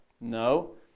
No